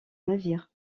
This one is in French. navire